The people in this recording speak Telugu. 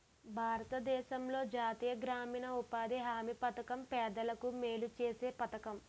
భారతదేశంలో జాతీయ గ్రామీణ ఉపాధి హామీ పధకం పేదలకు మేలు సేసే పధకము